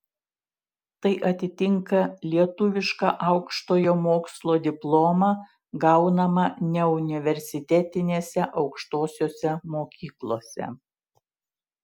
tai atitinka lietuvišką aukštojo mokslo diplomą gaunamą neuniversitetinėse aukštosiose mokyklose